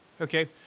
Okay